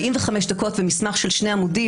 45 דקות למסמך של שני עמודים.